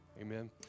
Amen